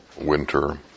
winter